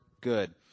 good